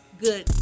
good